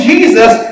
Jesus